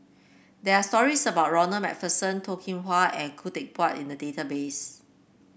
there are stories about Ronald MacPherson Toh Kim Hwa and Khoo Teck Puat in the database